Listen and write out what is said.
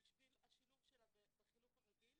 בשביל השילוב שלה בחינוך הרגיל,